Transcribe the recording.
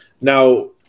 Now